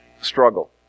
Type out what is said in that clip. struggle